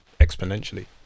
exponentially